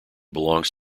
belongs